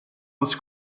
was